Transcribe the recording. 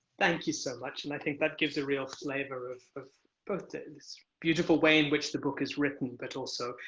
thank you so much. and i think that gives a real flavor of of both the beautiful way in which the book is written, but also,